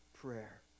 prayer